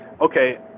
Okay